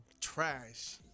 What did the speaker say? Trash